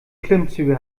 klimmzüge